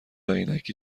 عینکی